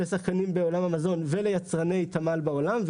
לשחקנים בעולם המזון וליצרני תמ"ל בעולם,